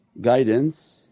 Guidance